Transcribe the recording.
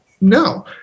No